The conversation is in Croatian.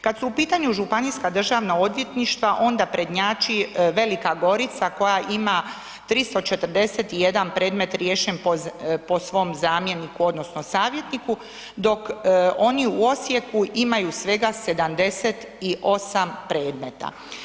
Kad su u pitanju županijska državna odvjetništva onda prednjači Velika Gorica koja ima 341 predmet riješen po svom zamjeniku odnosno savjetniku, dok oni u Osijeku imaju svega 78 predmeta.